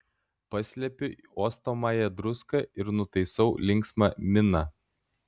paslepiu uostomąją druską ir nutaisau linksmą miną